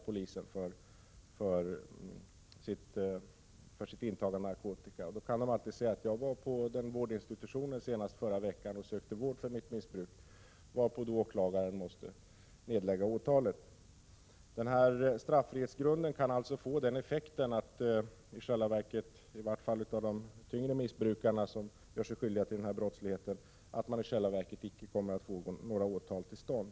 ”Senast förra veckan sökte jag vård för mitt missbruk på vårdinstitutionen”, kan de säga, varpå åklagaren måste nedlägga åtalet. I vart fall när det gäller brottslighet bland de tyngre missbrukarna kan straffrihetsgrunden få den effekten att man i själva verket inte kommer att få några åtal till stånd.